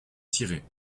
tirer